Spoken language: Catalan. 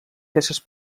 peces